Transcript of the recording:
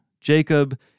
Jacob